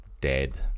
dead